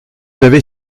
avez